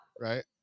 right